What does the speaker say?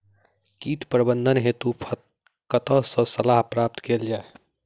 कीट प्रबंधन हेतु कतह सऽ सलाह प्राप्त कैल जाय?